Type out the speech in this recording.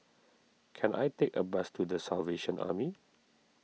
can I take a bus to the Salvation Army